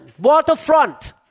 Waterfront